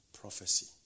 prophecy